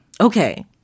Okay